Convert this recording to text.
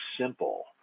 simple